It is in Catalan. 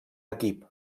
equip